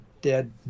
dead